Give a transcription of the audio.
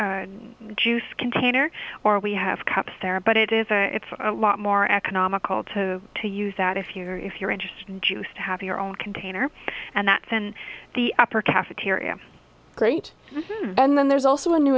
or juice container or we have cups there but it is a lot more economical to to use that if you're if you're interested use to have your own container and that's in the upper cafeteria great and then there's also a new